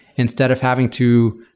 instead of having to